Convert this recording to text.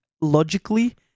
logically